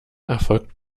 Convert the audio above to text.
erfolgt